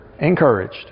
Encouraged